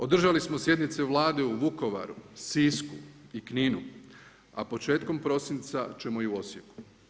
Održali smo sjednice Vlade u Vukovaru, Sisku i Kninu a početkom prosinca ćemo i u Osijeku.